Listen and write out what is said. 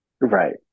right